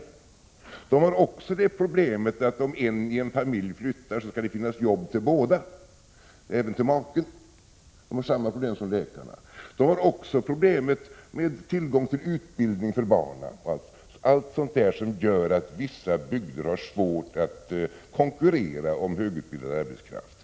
Också de möter, liksom läkarna, problemet att om familjen flyttar behöver båda makarna ha ett jobb. De möter också problemen med Prot. 1986/87:24 utbildning för barnen och allt annat som gör att vissa bygder har svårt att 12 november 1986 konkurrera om högutbildad arbetskraft.